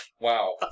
Wow